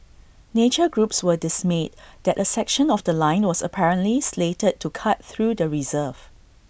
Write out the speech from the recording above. nature groups were dismayed that A section of The Line was apparently slated to cut through the reserve